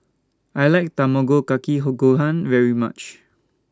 I like Tamago Kake Hall Gohan very much